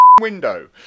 window